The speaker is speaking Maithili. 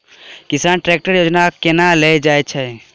किसान ट्रैकटर योजना केना लेल जाय छै?